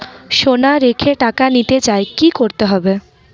সোনা রেখে টাকা নিতে চাই কি করতে হবে?